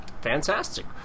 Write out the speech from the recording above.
Fantastic